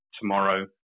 tomorrow